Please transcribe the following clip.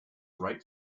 ripe